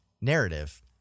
narrative